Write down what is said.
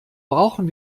brauchen